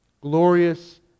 Glorious